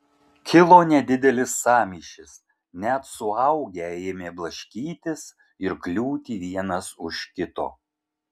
kilo nedidelis sąmyšis net suaugę ėmė blaškytis ir kliūti vienas už kito